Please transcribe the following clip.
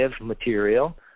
material